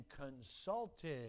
consulted